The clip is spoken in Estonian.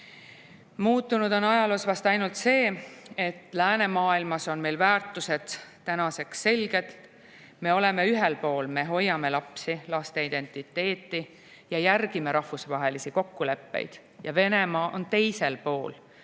on ajaloos vast ainult see, et läänemaailmas on meil väärtused tänaseks selged. Me oleme ühel pool: me hoiame lapsi, laste identiteeti ja järgime rahvusvahelisi kokkuleppeid. Venemaa on teisel pool,